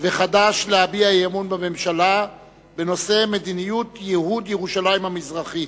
וחד"ש להביע אי-אמון בממשלה בנושא: מדיניות ייהוד ירושלים המזרחית.